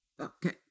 Okay